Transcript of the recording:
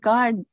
God